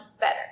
better